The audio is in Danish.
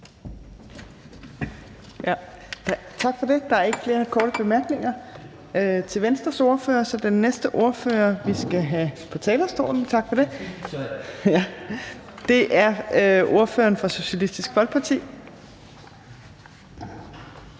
Tak for det. Der er ikke flere korte bemærkninger til Venstres ordfører, så den næste ordfører, vi skal have på talerstolen, er ordføreren for Socialistisk Folkeparti,